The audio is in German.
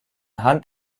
hand